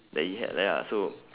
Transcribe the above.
that it had like ya so